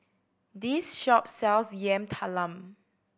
this shop sells Yam Talam